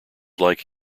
like